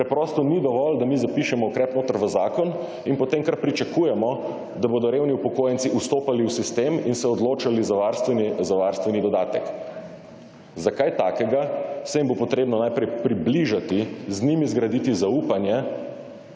preprosto ni dovolj, da mi zapišemo ukrep notri v zakon in potem, kar pričakujemo, da bodo revni upokojenci vstopali v sistem in se odločali za varstveni dodatek. Za kaj takega se jim bo potrebno najprej približati, z njimi zgraditi zaupanje